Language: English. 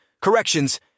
corrections